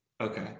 okay